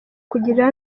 kugirira